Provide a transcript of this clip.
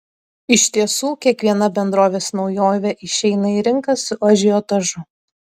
iš tiesų kiekviena bendrovės naujovė išeina į rinką su ažiotažu